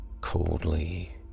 coldly